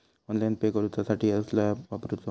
Online pay करूचा साठी कसलो ऍप वापरूचो?